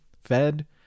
fed